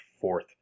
fourth